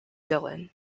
dylan